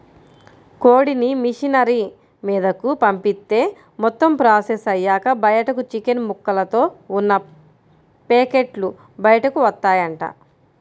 కోడిని మిషనరీ మీదకు పంపిత్తే మొత్తం ప్రాసెస్ అయ్యాక బయటకు చికెన్ ముక్కలతో ఉన్న పేకెట్లు బయటకు వత్తాయంట